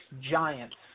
Giants